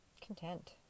content